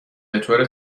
بطور